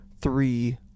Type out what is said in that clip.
three